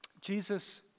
Jesus